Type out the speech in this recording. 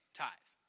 tithe